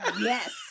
yes